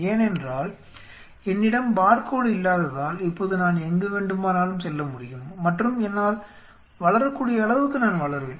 ஏனென்றால் என்னிடம் பார்கோடு இல்லாததால் இப்போது நான் எங்கு வேண்டுமானாலும் செல்ல முடியும் மற்றும் என்னால் வளரக்கூடிய அளவுக்கு நான் வளருவேன்